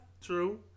true